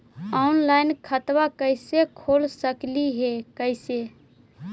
Online खाता कैसे खोल सकली हे कैसे?